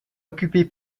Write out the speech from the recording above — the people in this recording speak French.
occupé